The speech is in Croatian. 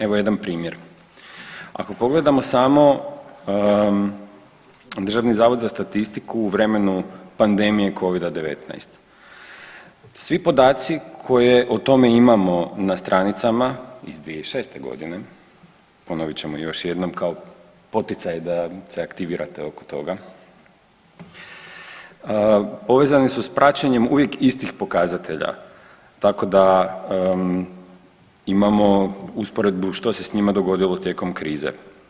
Evo jedan primjer, ako pogledamo samo Državni zavod za statistiku u vremenu pandemije Covida-19, svi podaci koje o tome imamo na stranicama iz 2006. godine, ponovit ćemo još jednom kao poticaj da se aktivirate oko toga, povezani su s praćenjem uvijek istih pokazatelja tako da imamo usporedbu što se s njima dogodilo tijekom krize.